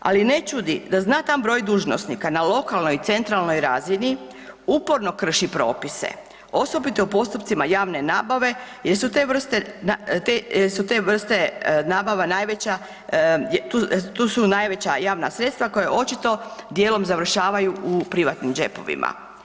Ali ne čudi da znatan broj dužnosnika na lokalnoj i centralnoj razini uporno krši propise, osobito u postupcima javne nabave jer su te vrste nabava tu su najveća javna sredstva koja očito dijelom završavaju u privatnim džepovima.